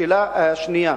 השאלה השנייה